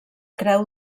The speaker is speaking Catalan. creu